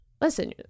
Listen